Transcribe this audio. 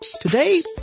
Today